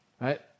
right